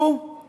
אני אסביר.